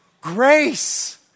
Grace